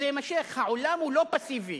העולם לא פסיבי